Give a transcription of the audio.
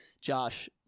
Josh